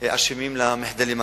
אשמים במחדלים הללו.